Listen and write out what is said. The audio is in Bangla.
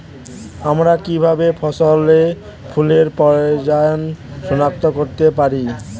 আমরা কিভাবে ফসলে ফুলের পর্যায় সনাক্ত করতে পারি?